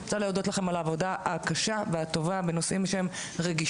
אני רוצה להודות לכם על העבודה הקשה והטובה בנושאים שהם רגישים